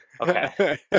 okay